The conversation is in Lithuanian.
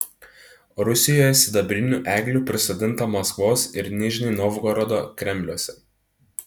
rusijoje sidabrinių eglių prisodinta maskvos ir nižnij novgorodo kremliuose